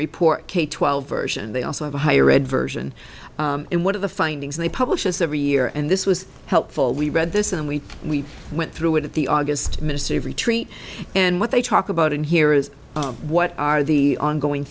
report k twelve version they also have a higher ed version and one of the findings they publish is every year and this was helpful we read this and we we went through it at the august ministry of retreat and what they talk about in here is what are the ongoing